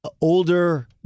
Older